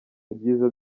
ibyiza